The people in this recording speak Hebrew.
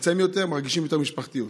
לצמצם יותר, מרגישים את המשפחתיות.